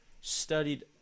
studied